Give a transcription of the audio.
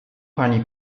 pani